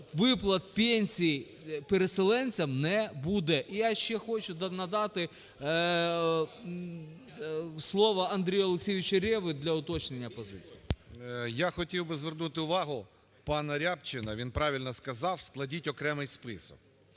виплат пенсій переселенцям не буде. І я ще хочу надати слово Андрію Олексійовичу Реві для уточнення позиції. 10:57:52 РЕВА А.О. Я хотів би звернути увагу пана Рябчина. Він правильно сказав – складіть окремий список.